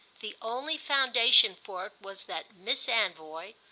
the only foundation for it was that miss anvoy,